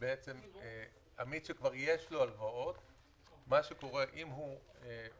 עצמאים יש 57,000 אנשים